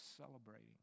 celebrating